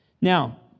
Now